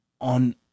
on